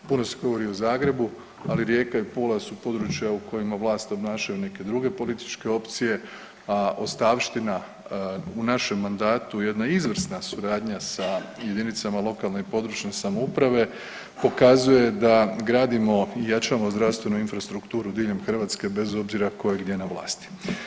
Puno se govori i o Zagrebu, ali Rijeka i Pula su područja u kojima vlast obnašaju neke druge političke opcije, a ostavština u našem mandatu, jedna izvrsna suradnja sa jedinicama lokalne i područne samouprave pokazuje da gradimo i jačamo zdravstvenu infrastrukturu diljem Hrvatske bez obzira tko je gdje na vlasti.